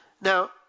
Now